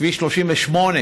כביש 38,